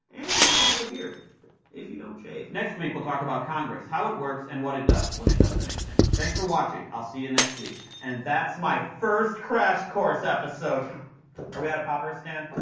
and you might have a beard if you don't shave. next week we'll talk about congress, how it works, and what it does, when it does anything. thanks for watching, i'll see you and next week. and that's my first crash course episode! are we out of poppers stan?